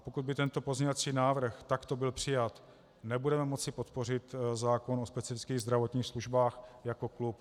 Pokud by tento pozměňovací návrh byl takto přijat, nebudeme moci podpořit zákon o specifických zdravotních službách jako klub.